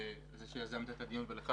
על שיזם את הדיון ולך,